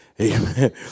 Amen